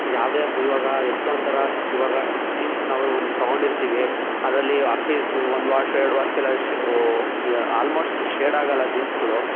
ಯಾವುದೇ ಇವಾಗ ಎಷ್ಟೋಂಥರ ಶ್ ಇವಾಗ ಜೀನ್ಸ್ ನಾವೇ ಒಂದು ತೊಗೊಂಡಿರ್ತೀವಿ ಅದರಲ್ಲಿ ಅಪ್ಪಿ ಒಂದು ವಾಶ್ ಎರಡು ವಾಶ್ಗೆಲ್ಲ ಶ್ ಈಗ ಆಲ್ಮೋಸ್ಟ್ ಶೇಡಾಗೋಲ್ಲ ಜೀನ್ಸ್ಗಳು